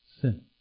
sin